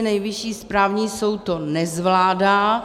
Nejvyšší správní soud to nezvládá.